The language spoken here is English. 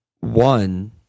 one